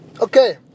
Okay